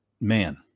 man